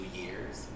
years